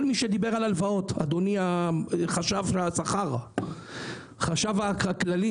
אדוני החשב הכללי,